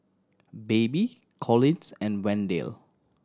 Baby Collins and Wendell